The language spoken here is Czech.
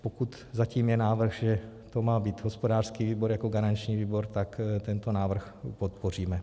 Pokud zatím je návrh, že to má být hospodářský výbor jako garanční výbor, tak tento návrh podpoříme.